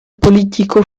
politico